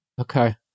Okay